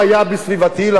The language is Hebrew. אף שאנחנו חברים,